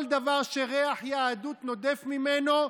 כל דבר שריח יהדות נודף ממנו,